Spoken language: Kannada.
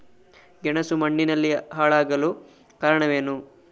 ಗೆಣಸು ಮಣ್ಣಿನಲ್ಲಿ ಹಾಳಾಗಲು ಕಾರಣವೇನು?